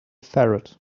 ferret